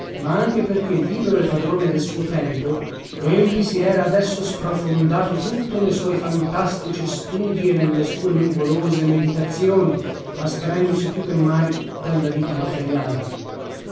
ma anche perché libero e padrone del suo tempo egli si era adesso sprofondato tutto ne suoi fantastici studii e nelle sue nuvolose meditazioni astraendosi più che mai dalla vita materiale